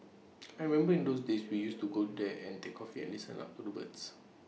I remember in those days we used to go there and take coffee and listen up to the birds